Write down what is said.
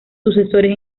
sucesores